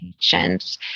patients